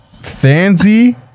Fancy